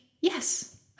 yes